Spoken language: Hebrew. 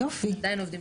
עובדים קשה.